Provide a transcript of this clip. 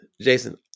Jason